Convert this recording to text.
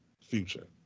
Future